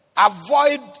avoid